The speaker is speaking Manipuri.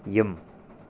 ꯌꯨꯝ